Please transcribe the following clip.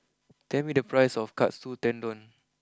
tell me the price of Katsu Tendon